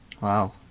Wow